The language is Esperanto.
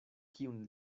kiun